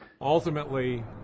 Ultimately